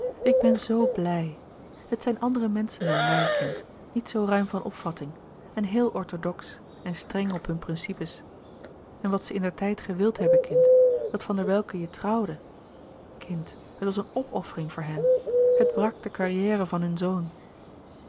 ik ben zoo blij het zijn andere menschen dan wij kind niet zoo ruim van opvatting en heel orthodox en streng op hun principe's en wat ze indertijd gewild hebben kind dat van welcke je trouwde kind het was een opoffering voor hen het brak de carrière van hun zoon